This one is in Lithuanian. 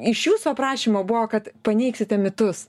iš jūsų aprašymo buvo kad paneigsite mitus